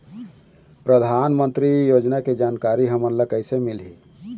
परधानमंतरी योजना के जानकारी हमन ल कइसे मिलही?